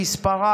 שמספרה